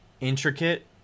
intricate